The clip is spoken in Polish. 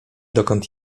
dokąd